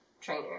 trainer